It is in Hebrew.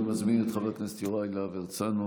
סימני הבושה,